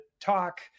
talk